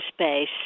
space